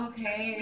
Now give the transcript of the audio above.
Okay